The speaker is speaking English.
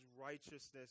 righteousness